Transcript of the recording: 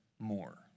More